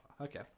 okay